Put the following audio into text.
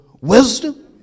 wisdom